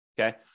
okay